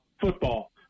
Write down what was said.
football